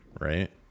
right